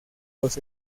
los